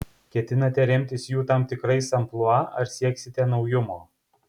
ketinate remtis jų tam tikrais amplua ar sieksite naujumo